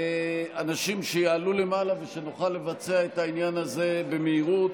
שאנשים יעלו למעלה ונוכל לבצע את העניין הזה במהירות.